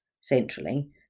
centrally